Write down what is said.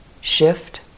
shift